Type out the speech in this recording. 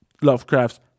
Lovecraft's